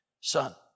son